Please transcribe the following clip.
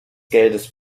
geldes